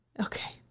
Okay